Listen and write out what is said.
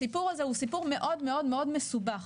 הסיפור הזה הוא סיפור מאוד מאוד מאוד מסובך,